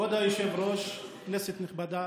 כבוד היושב-ראש, כנסת נכבדה,